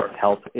health